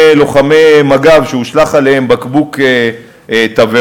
לוחמי מג"ב שהושלך עליהם בקבוק תבערה.